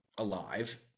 alive